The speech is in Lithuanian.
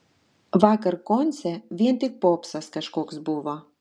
vakar konce vien tik popsas kažkoks buvo